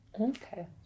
Okay